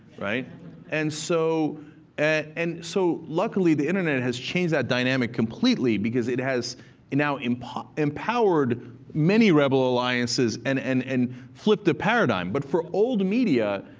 and so and so luckily, the internet has changed that dynamic completely because it has now empowered empowered many rebel alliances and and and flipped the paradigm. but for old media,